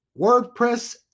WordPress